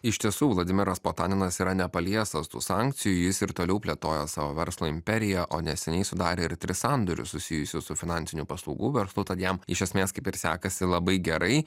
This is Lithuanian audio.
iš tiesų vladimiras potaninas yra nepaliestas tų sankcijų jis ir toliau plėtoja savo verslo imperiją o neseniai sudarė ir tris sandorius susijusius su finansinių paslaugų verslu tad jam iš esmės kaip ir sekasi labai gerai